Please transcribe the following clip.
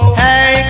hey